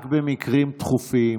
רק במקרים דחופים,